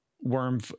worm